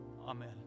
Amen